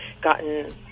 gotten